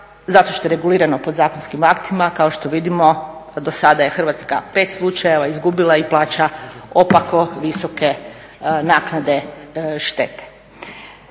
Zato što je regulirano podzakonskim aktima kao što vidimo, do sada je Hrvatska 5 slučajeva izgubila i plaća opako visoke naknade štete.